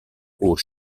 aux